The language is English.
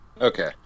Okay